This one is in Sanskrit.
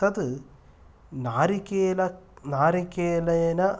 तद् नारिकेल नारिकेलेन